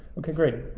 okay, great,